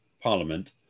parliament